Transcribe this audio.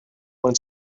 when